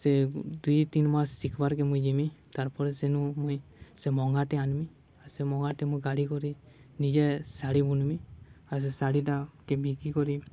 ସେ ଦୁଇ ତିନ୍ ମାସ୍ ଶିଖିବାର୍କେ ମୁଇଁ ଯିମି ତାର୍ପରେ ସେନୁ ମୁଇଁ ସେ ମଙ୍ଗାଟେ ଆନ୍ମି ଆର୍ ସେ ମଙ୍ଗାଟେ ମୁଇଁ କାଡ଼ି କରି ନିଜେ ଶାଢ଼ୀ ବୁନ୍ମି ଆର୍ ସେ ଶାଢ଼ୀଟାକେ ବିକି କରି